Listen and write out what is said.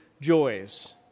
joys